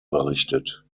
berichtet